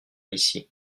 ici